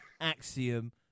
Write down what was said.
Axiom